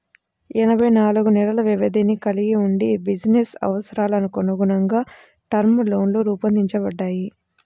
ఎనభై నాలుగు నెలల వ్యవధిని కలిగి వుండి బిజినెస్ అవసరాలకనుగుణంగా టర్మ్ లోన్లు రూపొందించబడ్డాయి